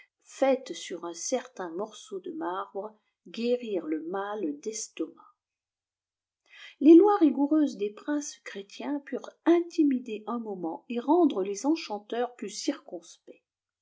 faite sur un certain morceau de marbre guérir le mal d'estomac les lois rigoureuses des princes chrétiens purent intimider un moment et rendre les enchanteurs plus circonspects